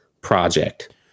project